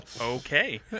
Okay